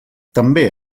també